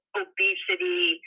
obesity